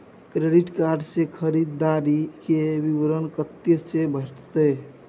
Credit card से खरीददारी के विवरण कत्ते से भेटतै?